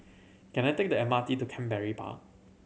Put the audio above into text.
can I take the M R T to Canberra Park